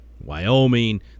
Wyoming